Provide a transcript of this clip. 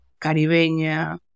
Caribeña